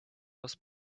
was